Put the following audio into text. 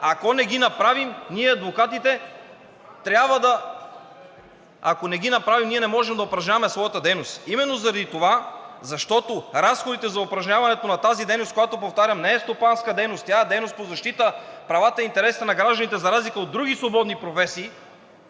ако не ги направим, ние адвокатите не можем да упражняваме своята дейност. Именно заради това – защото разходите за упражняването на тази дейност, която, повтарям, не е стопанска дейност, тя е дейност по защита правата и интересите на гражданите за разлика от други свободни професии,